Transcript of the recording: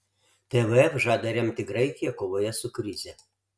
tvf žada remti graikiją kovoje su krize